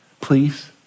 please